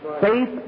Faith